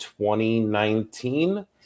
2019